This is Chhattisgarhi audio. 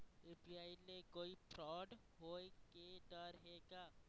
यू.पी.आई ले कोई फ्रॉड होए के डर हे का?